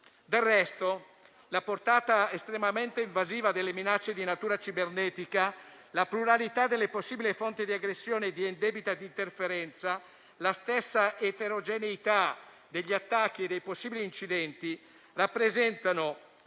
Del resto, la portata estremamente invasiva delle minacce di natura cibernetica, la pluralità delle possibili fonti di aggressione e di indebita interferenza, la stessa eterogeneità degli attacchi e dei possibili incidenti rappresentano